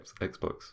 Xbox